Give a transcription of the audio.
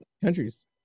countries